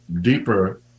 deeper